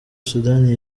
sudani